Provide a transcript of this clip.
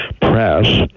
press